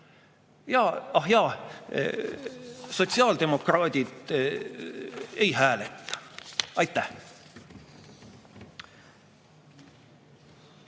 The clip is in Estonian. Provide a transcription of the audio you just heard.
üle. Ahjaa, sotsiaaldemokraadid ei hääleta. Aitäh!